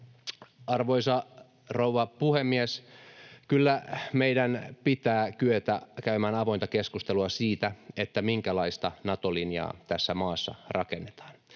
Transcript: Arvoisa rouva puhemies! Kyllä meidän pitää kyetä käymään avointa keskustelua siitä, minkälaista Nato-linjaa tässä maassa rakennetaan.